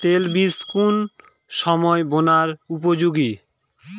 তৈল বীজ কোন সময় বোনার উপযোগী?